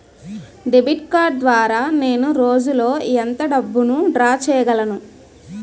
Debit card ద్వారా నేను రోజు లో ఎంత డబ్బును డ్రా చేయగలను?